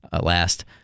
last